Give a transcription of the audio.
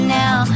now